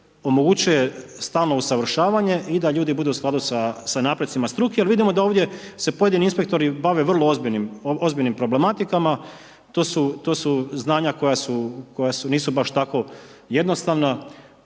omogućuje stalno usavršavanje i da ljudi budu u skladu sa naprecima struke jer vidimo da ovdje se pojedini inspektori bave vrlo ozbiljnim problematikama, to su znanja koja nisu baš tako jednostavna